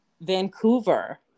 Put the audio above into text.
Vancouver